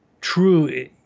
true